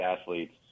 athletes